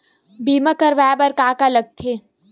बीमा करवाय बर का का लगथे?